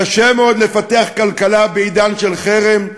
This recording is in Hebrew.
קשה מאוד לפתח כלכלה בעידן של חרם,